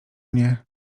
mnie